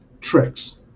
tricks